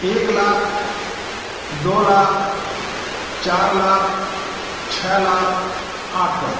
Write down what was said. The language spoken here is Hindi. एक लाख दो लाख चार लाख छः लाख आठ लाख